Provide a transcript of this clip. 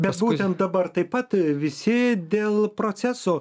mes būtent dabar taip pat visi dėl proceso